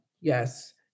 yes